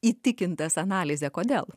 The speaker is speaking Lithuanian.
įtikintas analizė kodėl